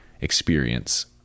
experience